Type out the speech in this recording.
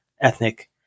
ethnic